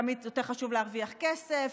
תמיד יותר חשוב להרוויח כסף,